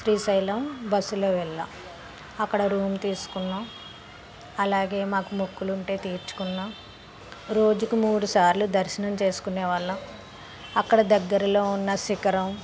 శ్రీశైలం బస్సులో వెళ్ళాం అక్కడ రూమ్ తీసుకున్నాం అలాగే మాకు మొక్కులు ఉంటే తీర్చుకున్నాం రోజుకు మూడుసార్లు దర్శనం చేసుకునే వాళ్ళం అక్కడ దగ్గరలో ఉన్న శిఖరం